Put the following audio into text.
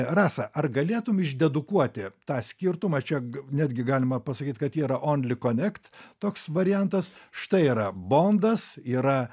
rasa ar galėtum išdedukuoti tą skirtumą čia netgi galima pasakyt kad yra onli konekt toks variantas štai yra bondas yra